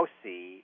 see